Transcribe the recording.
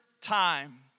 time